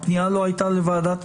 הפנייה לא היתה לוועדת מררי.